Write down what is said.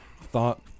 thought